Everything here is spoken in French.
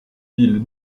villes